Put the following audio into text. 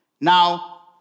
Now